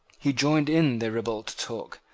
he joined in their ribald talk,